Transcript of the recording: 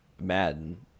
Madden